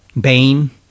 Bane